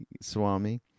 Swami